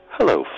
Hello